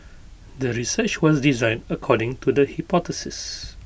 the research was designed according to the hypothesis